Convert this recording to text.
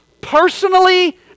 personally